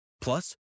Plus